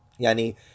yani